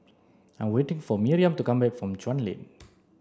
I'm waiting for Miriam to come back from Chuan Lane